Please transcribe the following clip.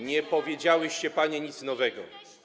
Nie powiedziałyście panie nic nowego.